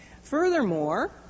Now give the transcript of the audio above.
furthermore